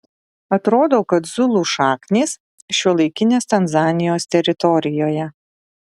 atrodo kad zulų šaknys šiuolaikinės tanzanijos teritorijoje